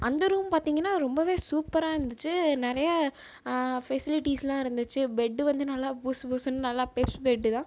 அந்த ரூம் பார்த்தீங்கன்னா ரொம்பவே சூப்பராக இருந்துச்சு நிறைய ஃபெசிலிட்டீஸ்லாம் இருந்துச்சு பெட்டு வந்து நல்லா புசுபுசுன்னு நல்லா பெருஸ் பெட்டு தான்